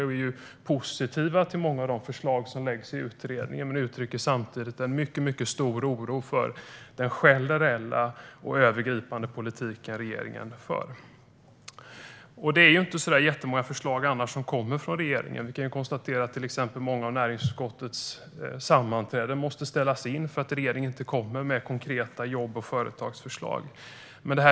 De är positiva till många av de förslag som läggs fram i utredningen men uttrycker samtidigt en mycket stor oro för den generella och övergripande politik som regeringen för. Det är inte så många förslag som kommer från regeringen. Vi kan konstatera att många av näringsutskottets sammanträden måste ställas in därför att regeringen inte kommer med konkreta jobb och företagsförslag.